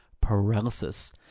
paralysis